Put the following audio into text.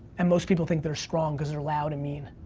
and most people think they're strong cause they're loud and mean.